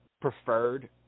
preferred